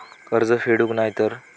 कर्ज फेडूक नाय तर?